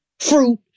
Fruit